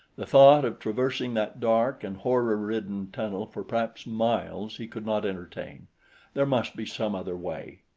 the thought of traversing that dark and horror-ridden tunnel for perhaps miles he could not entertain there must be some other way.